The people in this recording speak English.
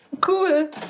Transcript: Cool